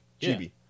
Chibi